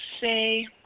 say